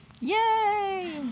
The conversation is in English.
Yay